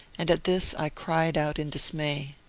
and at this i cried out in dismay.